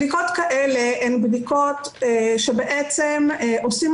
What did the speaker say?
בדיקות כאלה הן בדיקות שבעצם עושים